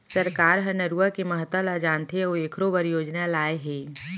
सरकार ह नरूवा के महता ल जानथे अउ एखरो बर योजना लाए हे